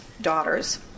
daughters